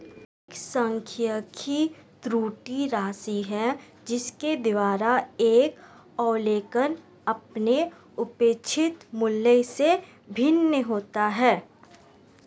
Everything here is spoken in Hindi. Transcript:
एक सांख्यिकी त्रुटि राशि है जिसके द्वारा एक अवलोकन अपने अपेक्षित मूल्य से भिन्न होता है